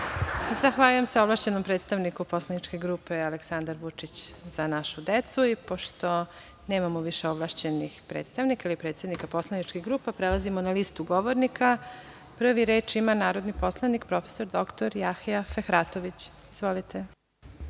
Zahvaljujem se, ovlašćenom predstavniku poslaničke grupe Aleksandar Vučić – Za našu decu. Pošto nemamo više ovlašćenih predstavnika ili predsednika poslaničkih grupa, prelazimo na listu govornika. Prvi reč ima, narodni poslanik prof. dr Jahja Fehratović. Izvolite.